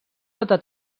sota